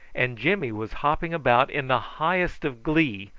and jimmy was hopping about in the highest of glee,